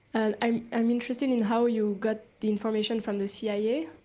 i'm um interested in how you got the information from the cia?